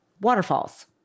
waterfalls